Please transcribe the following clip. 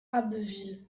abbeville